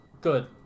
good